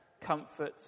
comfort